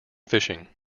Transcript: fishing